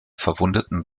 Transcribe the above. verwundeten